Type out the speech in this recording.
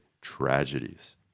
tragedies